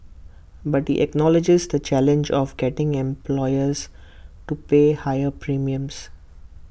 but he acknowledges the challenge of getting employers to pay higher premiums